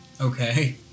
Okay